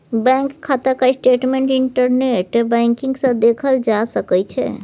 bank खाताक statement internet banking सँ देखल जा सकै छै